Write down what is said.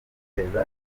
kwiteza